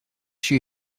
she